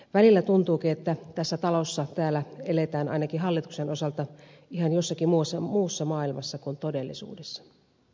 välillä tuntuukin että tässä talossa eletään ainakin hallituksen osalta ihan jossakin muussa maailmassa kuin todellisuudessa